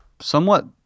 somewhat